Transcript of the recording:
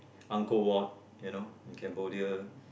uncle walt you know in Cambodia